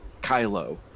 Kylo